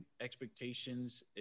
expectations